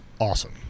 awesome